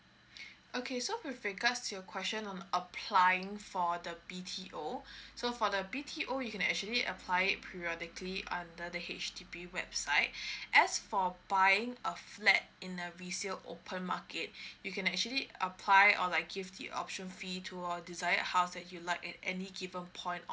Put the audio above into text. okay so with regards your question on applying for the B_T_O so for the B_T_O you can actually apply it periodically under the H_D_B website as for buying a flat in a resale open market you can actually apply or like give the option fee to our desired house that you like at any given point of